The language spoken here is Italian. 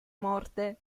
morte